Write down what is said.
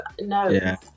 no